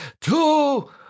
two